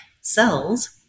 cells